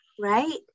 Right